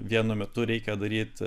vienu metu reikia daryt